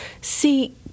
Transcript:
See